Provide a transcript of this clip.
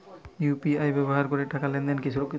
UPI ব্যবহার করে টাকা লেনদেন কি সুরক্ষিত?